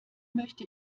möchte